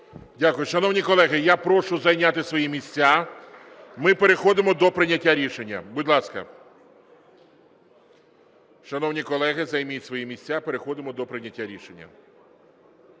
Дякую. Шановні колеги, я прошу зайняти свої місця. Ми переходимо до прийняття рішення. Будь ласка, шановні колеги, займіть свої місця, переходимо до прийняття рішення.